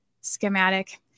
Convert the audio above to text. schematic